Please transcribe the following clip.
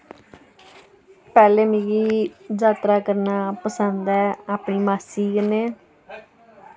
पैह्लें मिकी जात्रा करना पसंद ऐ अपनी मास्सी कन्नै